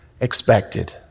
expected